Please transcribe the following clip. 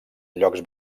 llocs